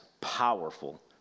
powerful